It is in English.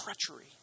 treachery